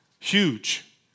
Huge